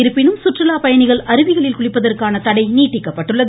இருப்பினும் சுற்றுலா பயணிகள் அருவிகளில் குளிப்பதற்கான தடை நீட்டிக்கப்பட்டுள்ளது